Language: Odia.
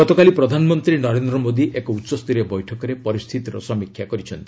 ଗତକାଲି ପ୍ରଧାନମନ୍ତ୍ରୀ ନରେନ୍ଦ୍ର ମୋଦି ଏକ ଉଚ୍ଚସ୍ତରୀୟ ବୈଠକରେ ପରିସ୍ଥିତିର ସମୀକ୍ଷା କରିଛନ୍ତି